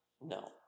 No